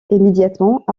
immédiatement